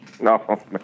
No